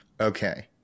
Okay